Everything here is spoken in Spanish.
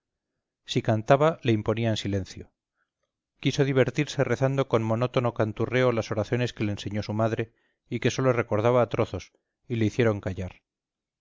si cantaba le imponían silencio quiso divertirse rezando con monótono canturreo las oraciones que le enseñó su madre y que sólo recordaba a trozos y le hicieron callar